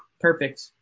Perfect